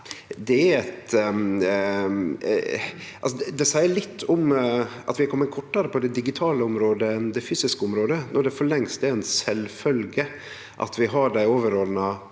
det seier litt om at vi har kome kortare på det digitale området enn det fysiske området, når det for lengst er ei sjølvfølgje at vi har dei overordna